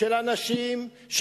של אנשים,